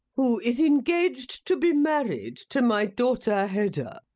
who is engaged to be married to my daughter hedda.